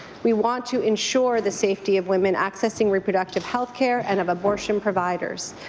we want to ensure the safety of women accessing reproductive health care and of abortion providers.